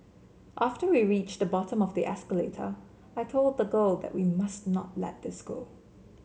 after we reached the bottom of the escalator I told the girl that we must not let this go